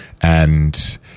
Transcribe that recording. And-